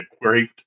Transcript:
great